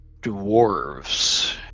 dwarves